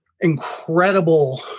incredible